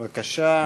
בבקשה,